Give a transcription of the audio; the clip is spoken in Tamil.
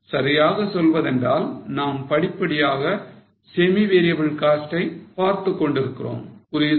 சரியாக சொல்வதென்றால் நாம் படிப்படியாக semi variable cost ஐ பார்த்துக் கொண்டிருக்கிறோம் புரியுதா